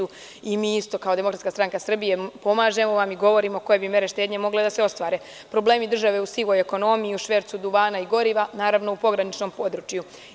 I mi kao DSS pomažemo vam i govorimo vam koje bi mere štednje mogle da se ostvare – problemi države u sivoj ekonomiji, u švercu duvana i goriva u pograničnom području.